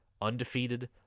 undefeated